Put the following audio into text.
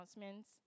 announcements